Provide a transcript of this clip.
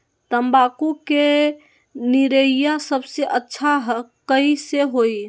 तम्बाकू के निरैया सबसे अच्छा कई से होई?